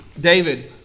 David